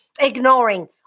ignoring